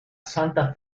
santa